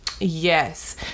Yes